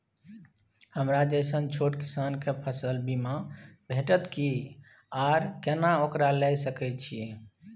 हमरा जैसन छोट किसान के फसल बीमा भेटत कि आर केना ओकरा लैय सकैय छि?